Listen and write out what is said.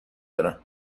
برم